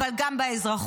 אבל גם באזרחות.